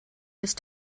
ist